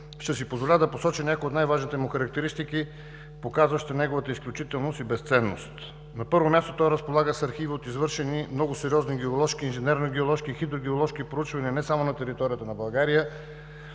ще си позволя да посоча някои от най-важните му характеристики, показващи неговата изключителност и безценност. На първо място, той разполага с архиви от извършени много сериозни геоложки, инженерно-геоложки и хидрогеоложки проучвания не само на територията на България,